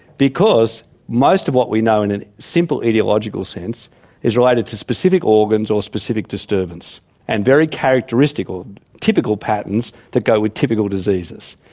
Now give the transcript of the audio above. because most of what we know in a simple ideologically sense is related to specific organs or specific disturbance and very characteristic or typical patterns that go with typical diseases.